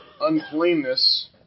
uncleanness